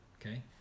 okay